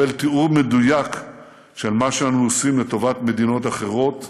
נקבל תיאור מדויק של מה שאנו עושים לטובת מדינות אחרות,